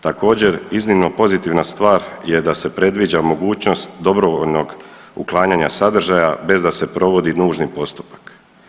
Također, iznimno pozitivna stvar je da se predviđa mogućnost dobrovoljnog uklanjanja sadržaja bez da se provodi nužni postupak.